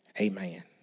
Amen